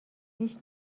بهشت